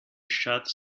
shots